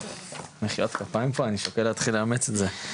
יש פה מחיאות כפיים ואני שוקל לאמץ את זה.